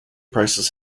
prices